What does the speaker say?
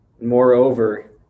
Moreover